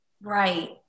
Right